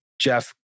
Jeff